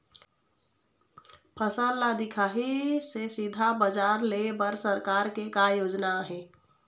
फसल ला दिखाही से सीधा बजार लेय बर सरकार के का योजना आहे?